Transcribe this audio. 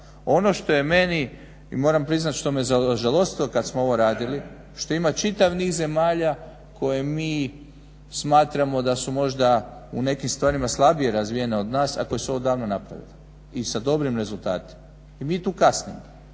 Ono što je meni, i moram priznati što me ražalostilo kad smo ovo radili, što ima čitav niz zemalja koje mi smatramo da su možda u nekim stvarima slabije razvije od nas a koje su ovo davno napravile i sa dobrim rezultatima i mi tu kasnimo.